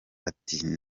ati